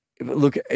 look